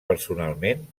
personalment